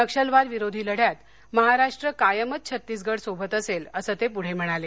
नक्षलवाद विरोधी लढ्यात महाराष्ट्र कायमच छत्तीसगढ सोबत असेल असं ते पुढे म्हणाले